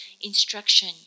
instruction